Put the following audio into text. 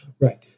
Right